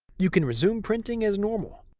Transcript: you can resume printing as normal.